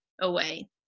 away